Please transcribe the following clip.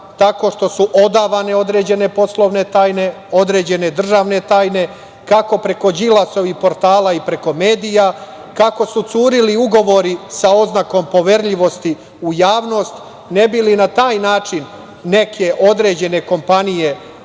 tako što su odavane određene poslovne tajne, određene državne tajne, kako preko Đilasovih portala i preko medija, kako su curili ugovori sa oznakom poverljivosti u javnost ne bili na taj način neke određene kompanije